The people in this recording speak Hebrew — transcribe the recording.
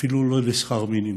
אפילו לא לשכר מינימום,